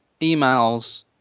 emails